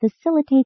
facilitate